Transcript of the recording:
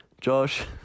Josh